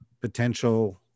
potential